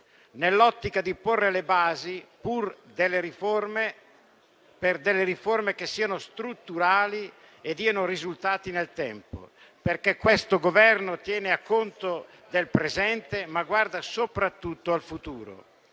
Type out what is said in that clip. nell'ottica di porre le basi per delle riforme che siano strutturali e diano risultati nel tempo: perché questo Governo tiene conto del presente, ma guarda soprattutto al futuro.